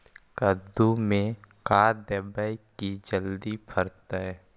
कददु मे का देबै की जल्दी फरतै?